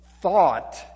thought